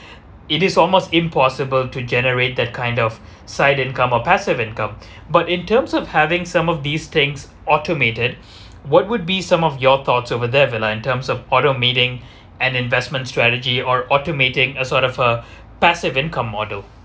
it is almost impossible to generate that kind of side income or passive income but in terms of having some of these things automated what would be some of your thoughts over there villa in terms of automating an investment strategy or automating a sort of a passive income model